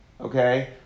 okay